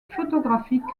photographiques